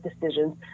decisions